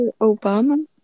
Obama